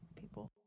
people